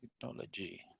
technology